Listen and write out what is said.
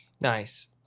Nice